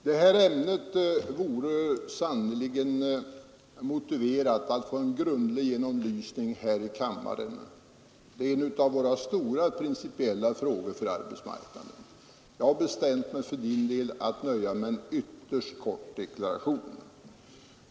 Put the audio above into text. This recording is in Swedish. Herr talman! Det här ämnet vore sannerligen värt att få en grundlig genomlysning här i kammaren — det är en av våra stora principiella frågor på arbetsmarknaden. Men jag har för min del bestämt mig för att nöja mig med en ytterst kort deklaration.